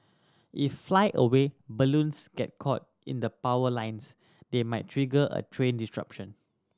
if flyaway balloons get caught in the power lines they might trigger a train disruption